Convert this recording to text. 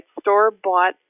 store-bought